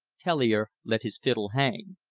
tellier let his fiddle hang.